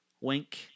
Wink